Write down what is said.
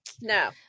no